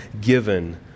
given